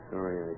Sorry